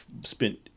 spent